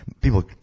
People